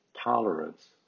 tolerance